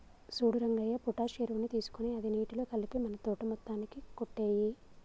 సూడు రంగయ్య పొటాష్ ఎరువుని తీసుకొని అది నీటిలో కలిపి మన తోట మొత్తానికి కొట్టేయి